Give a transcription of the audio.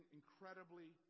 incredibly